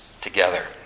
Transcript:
together